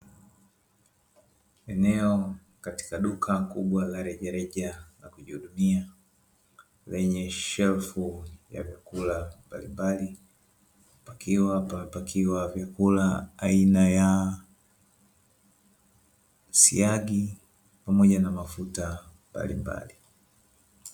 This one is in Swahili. Eneo katika duka kubwa la rejareja la kujihudumia, lenye shelfu ya vyakula mbalimbali pakiwa pamepakiwa vyakula aina ya siagi pamoja na mafuta mbalimbali.